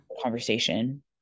conversation